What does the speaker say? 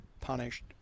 punished